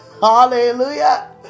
Hallelujah